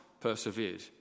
persevered